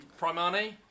Primani